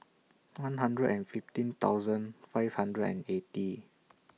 one hundred and fifteen thousand five hundred and eighty